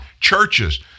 Churches